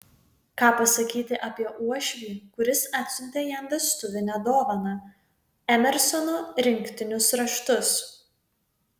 ką pasakyti apie uošvį kuris atsiuntė jam vestuvinę dovaną emersono rinktinius raštus